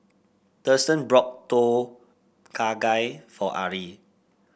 Thurston brought Tom Kha Gai for Arrie